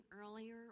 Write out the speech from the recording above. earlier